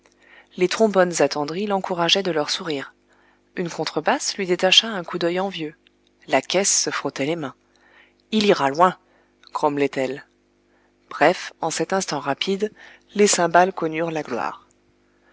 les trombones attendris l'encourageaient de leurs sourires une contrebasse lui détacha un coup d'œil envieux la caisse se frottait les mains il ira loin grommelait elle bref en cet instant rapide les cymbales connurent la gloire